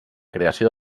creació